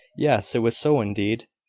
yes it was so indeed!